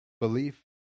Belief